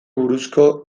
buruzkoa